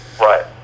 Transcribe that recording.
right